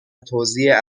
توزیع